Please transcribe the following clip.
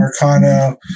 Marcano